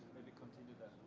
maybe continue that